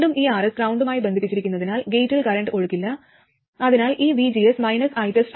വീണ്ടും ഈ Rs ഗ്രൌണ്ടുമായി ബന്ധിപ്പിച്ചിരിക്കുന്നതിനാൽ ഗേറ്റിൽ കറന്റ് ഒഴുക്കില്ല അതിനാൽ ഈ vgs ITESTR1